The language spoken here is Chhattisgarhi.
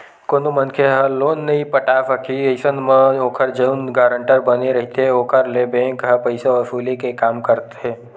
कोनो मनखे ह लोन नइ पटाय सकही अइसन म ओखर जउन गारंटर बने रहिथे ओखर ले बेंक ह पइसा वसूली के काम ल करथे